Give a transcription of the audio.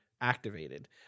activated